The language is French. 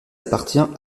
appartient